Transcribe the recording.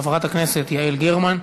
חברת הכנסת יעל גרמן.